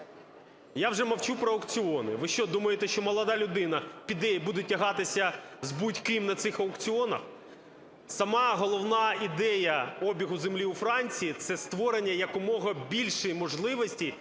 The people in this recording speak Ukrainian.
Я вже мовчу про аукціони. Ви що, думаєте, що молода людина піде і буде тягатися з будь-ким на цих аукціонах? Сама головна ідея обігу землі у Франції – це створення якомога більшої можливості